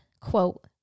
quote